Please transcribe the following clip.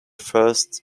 first